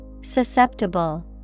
Susceptible